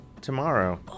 tomorrow